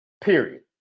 Period